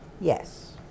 Yes